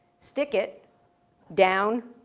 stick it down,